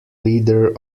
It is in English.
leader